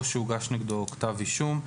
או שהוגש נגדו כתב אישום,